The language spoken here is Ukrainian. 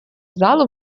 залу